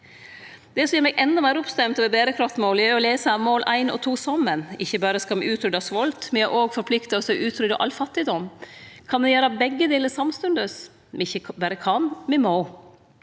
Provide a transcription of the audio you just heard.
Det som gjer meg endå meir oppstemd over berekraftsmåla, er å lese mål 1 og 2 saman. Ikkje berre skal me utrydde svolt, me har òg forplikta oss til å utrydde all fattigdom. Kan me gjere begge delar samstundes? Me ikkje berre kan – me må.